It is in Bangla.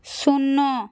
শূন্য